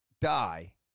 Die